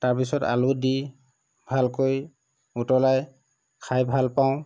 তাৰপিছত আলু দি ভালকৈ উতলাই খাই ভাল পাওঁ